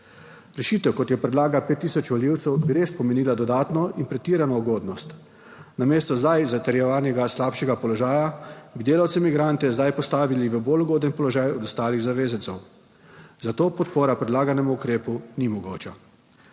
Rešitev, kot jo predlaga 5 tisoč volivcev, bi res pomenila dodatno in pretirano ugodnost. Namesto zdaj zatrjevanega slabšega položaja, bi delavce migrante zdaj postavili v bolj ugoden položaj od ostalih zavezancev, zato podpora predlaganemu ukrepu ni mogoča.